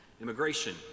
immigration